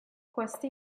queste